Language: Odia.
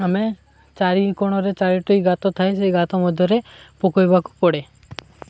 ଆମେ ଚାରି କୋଣରେ ଚାରୋଟି ଗାତ ଥାଏ ସେଇ ଗାତ ମଧ୍ୟରେ ପକେଇବାକୁ ପଡ଼େ